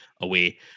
away